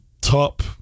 top